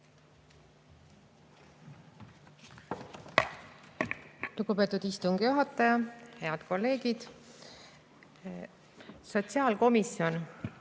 Lugupeetud istungi juhataja! Head kolleegid! Sotsiaalkomisjon